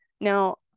Now